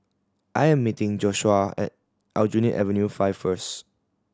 I am meeting Joshuah at Aljunied Avenue Five first